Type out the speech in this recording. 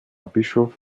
bischof